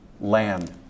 land